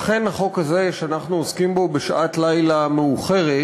אכן החוק הזה שאנחנו עוסקים בו בשעת לילה מאוחרת